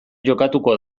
jokatuko